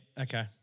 okay